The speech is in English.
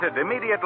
Immediately